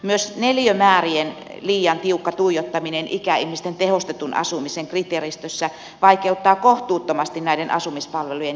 myös neliömäärien liian tiukka tuijottaminen ikäihmisten tehostetun asumisen kriteeristössä vaikeuttaa kohtuuttomasti näiden asumispalvelujen järjestämistä